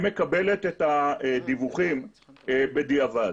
היא מקבלת את הדיווחים בדיעבד.